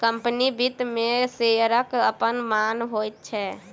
company वित्त मे शेयरक अपन मान होइत छै